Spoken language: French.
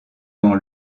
dans